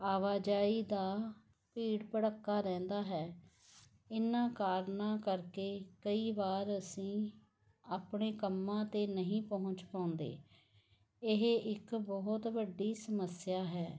ਆਵਾਜਾਈ ਦਾ ਭੀੜ ਭੜੱਕਾ ਰਹਿੰਦਾ ਹੈ ਇਹਨਾਂ ਕਾਰਨਾਂ ਕਰਕੇ ਕਈ ਵਾਰ ਅਸੀਂ ਆਪਣੇ ਕੰਮਾਂ ਤੇ ਨਹੀਂ ਪਹੁੰਚ ਪਾਉਂਦੇ ਇਹ ਇੱਕ ਬਹੁਤ ਵੱਡੀ ਸਮੱਸਿਆ ਹੈ